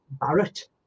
Barrett